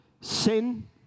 Sin